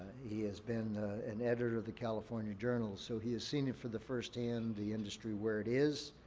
he has been an editor of the california journal, so he has seen it for the first hand the industry where it is,